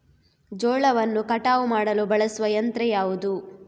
ಜೋಳವನ್ನು ಕಟಾವು ಮಾಡಲು ಬಳಸುವ ಯಂತ್ರ ಯಾವುದು?